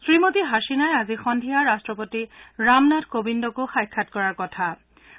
শ্ৰীমতী হাছিনাই আজি সদ্ধিয়া ৰাট্টপতি ৰামনাথ কোবিন্দকো সাক্ষাৎ কৰাৰ কথা আছে